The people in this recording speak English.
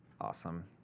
awesome